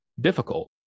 difficult